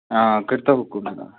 کٔرۍ تو حُکُم جِناب